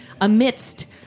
amidst